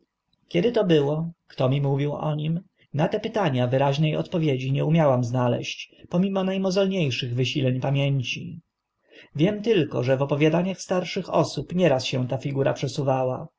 kiedy to było kto mi mówił o nim na te pytania wyraźne odpowiedzi nie mogłam znaleźć pomimo na mozolnie szych wysileń pamięci wiem tylko że w opowiadaniach starszych osób nieraz się ta figura przesuwała